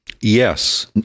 Yes